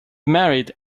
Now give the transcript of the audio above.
married